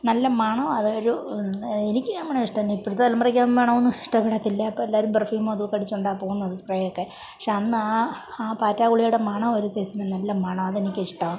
നല്ല മണമാണ് അതൊരു എനിക്ക് ആ മണം ഇഷ്ടമാണ് ഇപ്പോഴത്തെ തലമുറയ്ക്ക് ആ മണമൊന്നും ഇഷ്ടപ്പെടത്തില്ല ഇപ്പോൾ എല്ലാവരും പെർഫ്യൂമും അതുമൊക്കെ അടിച്ചുകൊണ്ടാണ് പോകുന്നത് സ്പ്രേയൊക്കെ പക്ഷേ അന്ന് ആ ആ ആ പാറ്റ ഗുളികയുടെ മണം ഒരു സൈസുള്ള നല്ല മണമാണ് അതെനിക്കിഷ്ടമാണ്